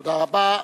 תודה רבה.